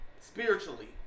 spiritually